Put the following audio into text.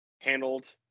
handled